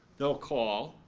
they'll call,